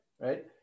right